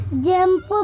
Jump